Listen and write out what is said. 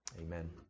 Amen